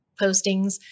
postings